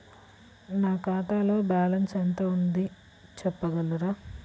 నా ఖాతాలో బ్యాలన్స్ ఎంత ఉంది చెప్పగలరా?